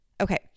Okay